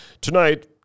Tonight